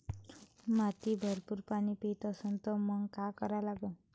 माती भरपूर पाणी पेत असन तर मंग काय करा लागन?